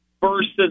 versus